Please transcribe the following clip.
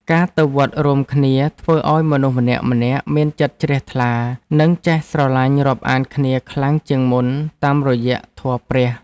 ការទៅវត្តរួមគ្នាធ្វើឱ្យមនុស្សម្នាក់ៗមានចិត្តជ្រះថ្លា និងចេះស្រឡាញ់រាប់អានគ្នាខ្លាំងជាងមុនតាមរយៈធម៌ព្រះ។